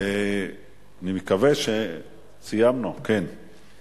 אני קובע שהחלטת ועדת הכלכלה בדבר תיקוני